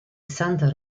santa